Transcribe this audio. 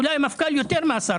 אולי מפכ"ל יותר מהשר.